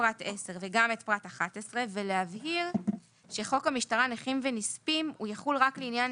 פרט 10 וגם את פרט 11 ולהבהיר שחוק המשטרה (נכים ונספים) יחול רק לעניין